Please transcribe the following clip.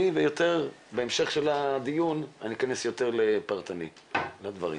ויותר בהמשך הדיון אני אכנס יותר לדברים פרטניים.